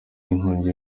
y’inkongi